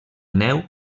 neu